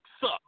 suck